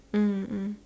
mm mm